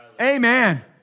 Amen